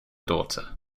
daughter